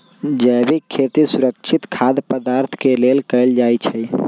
जैविक खेती सुरक्षित खाद्य पदार्थ के लेल कएल जाई छई